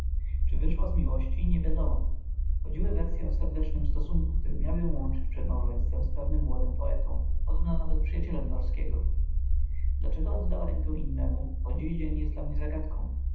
czy wyszła z miłości nie wiadomo chodziły wersye o serdecznym stosunku który miał ją łączyć przed małżeństwem z pewnym młodym poetą podobno nawet przyjacielem norskiego dlaczego oddała rękę innemu po dziś dzień jest dla mnie zagadką